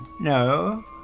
No